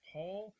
Paul